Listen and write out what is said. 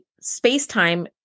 space-time